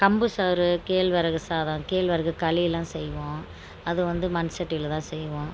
கம்பு சோறு கேழ்வரகு சாதம் கேழ்வரகு களியெலாம் செய்வோம் அது வந்து மண் சட்டியில் தான் செய்வோம்